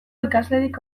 ikaslerik